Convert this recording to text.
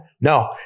No